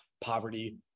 poverty